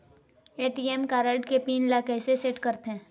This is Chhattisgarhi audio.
ए.टी.एम कारड के पिन ला कैसे सेट करथे?